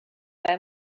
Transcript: buy